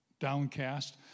downcast